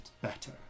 better